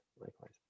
Likewise